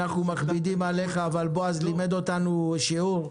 אנחנו מכבידים עליך אבל בועז לימד אותנו שיעור,